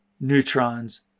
neutrons